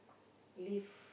live